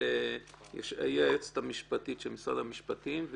היא היועצת המשפטית של משרד המשפטים,